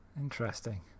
interesting